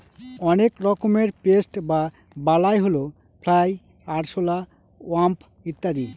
অনেক রকমের পেস্ট বা বালাই হল ফ্লাই, আরশলা, ওয়াস্প ইত্যাদি